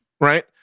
Right